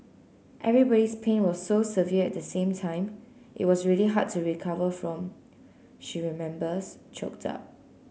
everybody's pain was so severe at the same time it was really hard to recover from she remembers choked up